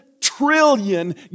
trillion